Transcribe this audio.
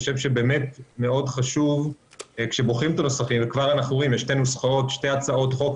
מאוד חשוב כשבוחרים את הנוסחים וכבר אנחנו רואים שיש שתי הצעות חוק,